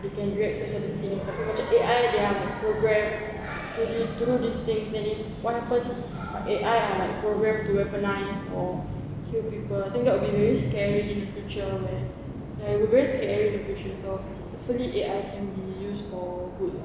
you can react to certain things tapi macam A_I they are programmed to do these things and then what happens A_I are like programmed to weaponise or kill people I think that will be very scary in the future where yeah it's very scary hopefully A_I can be used for good